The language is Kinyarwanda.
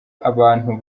abantu